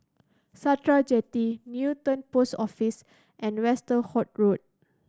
Sakra Jetty Newton Post Office and Westerhout Road